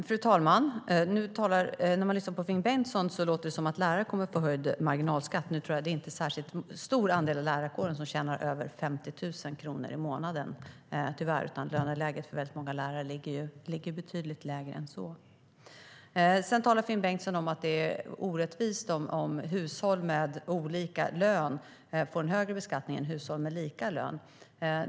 Fru talman! När man lyssnar på Finn Bengtsson låter det som att lärare kommer att få höjd marginalskatt. Nu tror jag inte att det är särskilt stor andel av lärarkåren som tjänar över 50 000 kronor i månaden, tyvärr. Löneläget för väldigt många lärare ligger betydligt lägre än så. Sedan talar Finn Bengtsson om att det är orättvist om hushåll med olika lön får en högre beskattning än hushåll med lika lön.